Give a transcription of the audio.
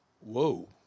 Whoa